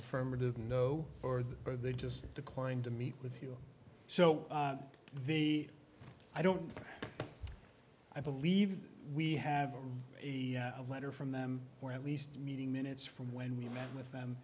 affirmative no or are they just declaring to meet with you so the i don't i believe we have a letter from them or at least meeting minutes from when we met with them